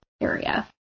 area